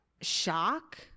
shock